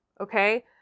Okay